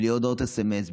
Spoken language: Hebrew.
בלי הודעות סמ"ס,